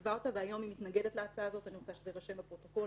כתבה אותה והיום היא מתנגדת להצעה הזאת אני רוצה שזה יירשם בפרוטוקול